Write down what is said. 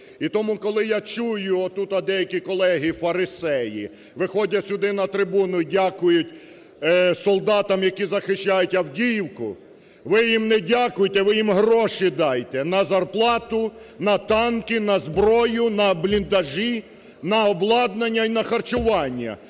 І тому, коли я чую, отут деякі колеги-фарисеї виходять сюди на трибуну і дякують солдатам, які захищають Авдіївку, ви їм не дякуйте, ви їм гроші дайте на зарплату, на танки, на зброю, на бліндажі, на обладнання і на харчування.